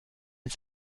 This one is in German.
mit